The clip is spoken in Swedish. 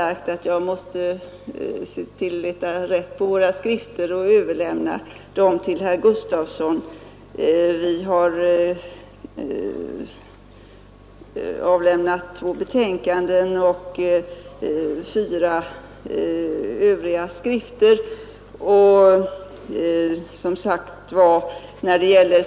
Jag måste tydligen leta rätt på våra skrifter och överlämna dem till herr Gustavsson; vi har avgivit två betänkanden och fyra andra skrifter.